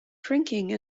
drinking